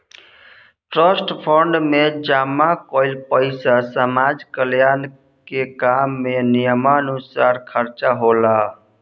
trust fund में जमा कईल पइसा समाज कल्याण के काम में नियमानुसार खर्चा होला